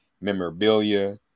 memorabilia